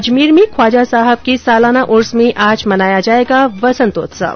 अजमेर में ख्वाजा साहब के सालाना उर्स में आज मनाया जाएगा वसंत उत्सव